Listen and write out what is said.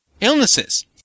illnesses